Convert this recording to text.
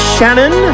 Shannon